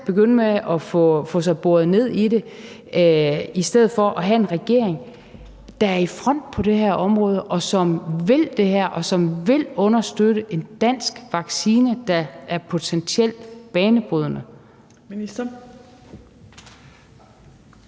begynde at bore sig ned i det, i stedet for at have en regering, der er i front på det her område, og som vil det her, og som vil understøtte en dansk vaccine, der potentielt er banebrydende.